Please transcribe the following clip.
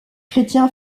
chrétien